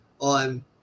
on